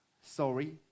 Sorry